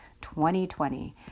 2020